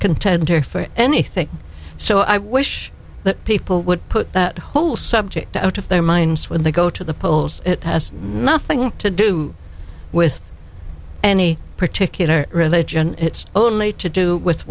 contender for any think so so i wish that people would put that whole subject out of their minds when they go to the polls it has nothing to do with any particular religion it's only to do with